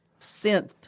synth